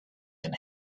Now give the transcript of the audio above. and